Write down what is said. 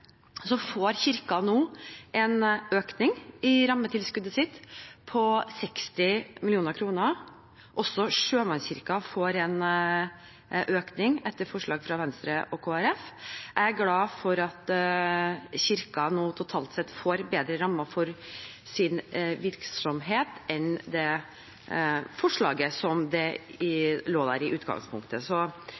får Kirken nå en økning i rammetilskuddet sitt på 60 mill. kr. Også Sjømannskirken får en økning etter forslag fra Venstre og Kristelig Folkeparti. Jeg er glad for at Kirken nå totalt sett får bedre rammer for sin virksomhet enn det forslaget som lå der i utgangspunktet. Så